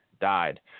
died